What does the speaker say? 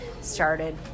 started